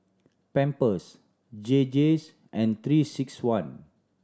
Pampers J J and Three Six One